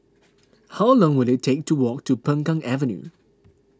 how long will it take to walk to Peng Kang Avenue